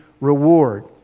reward